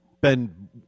Ben